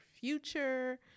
future